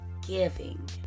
giving